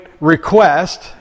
request